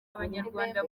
abanyarwanda